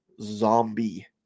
zombie